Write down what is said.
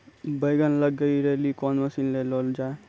बैंगन लग गई रैली कौन मसीन ले लो जाए?